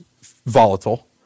volatile